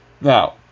Now